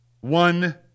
One